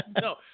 No